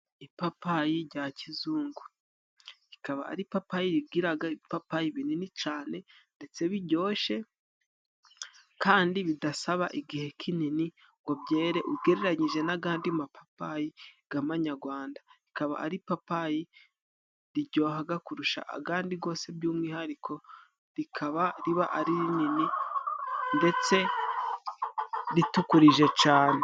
Ipapayi jya kizungu rikaba ari ipapayi rigiraga ibipapayi binini cane ndetse bijyoshye, kandi bidasaba igihe kinini ngo byere ugereranyije n'agadi mapapayi g'amanyagwanda, rikaba ari ipapayi rijyohaga kurusha agandi gose, by'umwihariko rikaba riba ari rinini ndetse ritukurije cane.